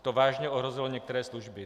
To vážně ohrozilo některé služby.